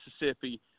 Mississippi